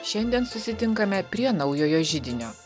šiandien susitinkame prie naujojo židinio